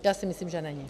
Já si myslím, že není.